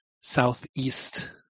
southeast